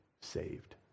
saved